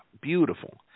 Beautiful